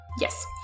Yes